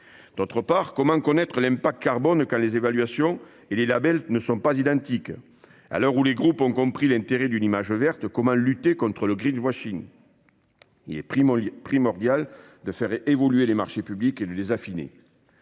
ailleurs, comment connaître l'impact carbone lorsque les évaluations et les labels ne sont pas identiques ? À l'heure où les groupes ont compris l'intérêt d'une image verte, comment lutter contre le ? Il est primordial de faire évoluer les marchés publics et de les affiner.